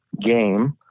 game